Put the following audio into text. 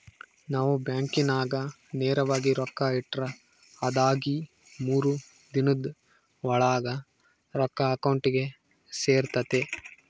ನಾವು ಬ್ಯಾಂಕಿನಾಗ ನೇರವಾಗಿ ರೊಕ್ಕ ಇಟ್ರ ಅದಾಗಿ ಮೂರು ದಿನುದ್ ಓಳಾಗ ರೊಕ್ಕ ಅಕೌಂಟಿಗೆ ಸೇರ್ತತೆ